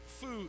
food